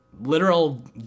literal